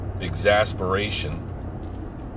exasperation